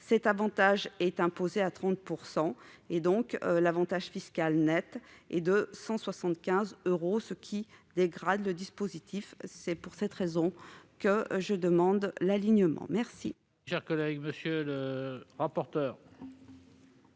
cet avantage est imposé à 30 %, si bien que l'avantage fiscal net est de 175 euros, ce qui dégrade l'intérêt du dispositif. C'est pour cette raison que je demande l'alignement